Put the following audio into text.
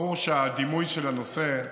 ברור שהדימוי של הנושא,